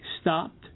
stopped